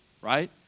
right